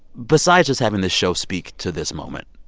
besides just having this show speak to this moment,